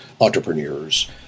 entrepreneurs